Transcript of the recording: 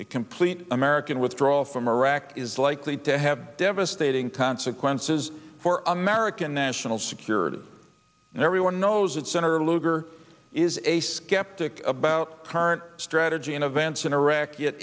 a complete american withdrawal from iraq is likely to have devastating consequences for american national security and everyone knows that senator lugar is a skeptic about current strategy and events in iraq yet